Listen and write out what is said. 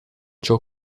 ciò